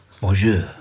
Bonjour